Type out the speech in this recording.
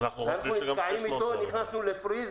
נתקעים אתו, נכנסו ל"פריז".